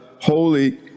Holy